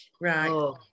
Right